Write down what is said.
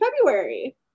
February